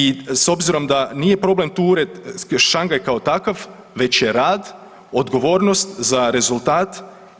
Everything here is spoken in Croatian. I s obzirom da nije problem tu ured Šangaj kao takav već je rad, odgovornost za rezultat